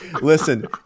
Listen